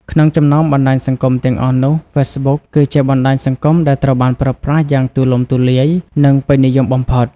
ក្នុងចំណោមបណ្ដាញសង្គមទាំងអស់នោះ Facebook គឺជាបណ្ដាញសង្គមដែលត្រូវបានប្រើប្រាស់យ៉ាងទូលំទូលាយ និងពេញនិយមបំផុត។